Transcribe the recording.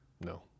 No